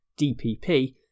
DPP